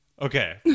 Okay